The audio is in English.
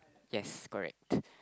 yes correct